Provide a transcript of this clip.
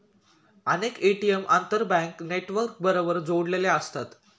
अनेक ए.टी.एम आंतरबँक नेटवर्कबरोबर जोडलेले असतात